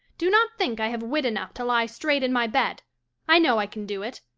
do not think i have wit enough to lie straight in my bed i know i can do it.